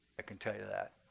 can tell you that.